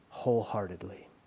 wholeheartedly